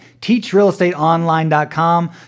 teachrealestateonline.com